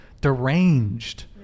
deranged